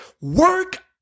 work